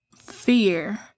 fear